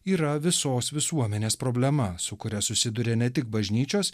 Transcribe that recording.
yra visos visuomenės problema su kuria susiduria ne tik bažnyčios